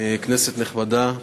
כנסת נכבדה,